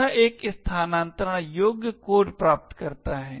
यह एक स्थानान्तरण योग्य कोड प्राप्त करता है